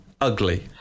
ugly